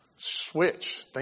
Switch